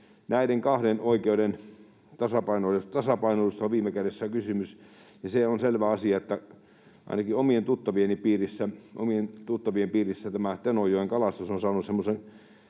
näiden kahden oikeuden tasapainosta on viime kädessä kysymys. Ja se on selvä asia, että ainakin omien tuttavieni piirissä tämä Tenojoen kalastus on saanut semmoisen,